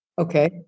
Okay